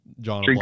John